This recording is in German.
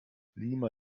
lima